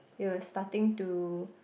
it was starting to